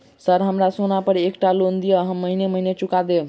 Sir हमरा सोना पर एकटा लोन दिऽ हम महीने महीने चुका देब?